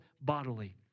bodily